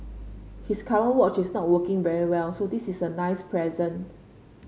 his current watch is not working very well so this is a nice present